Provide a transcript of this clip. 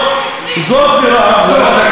הוא כל הזמן מסית.